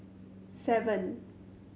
seven